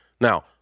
Now